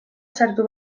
sartu